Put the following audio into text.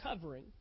covering